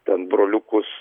ten broliukus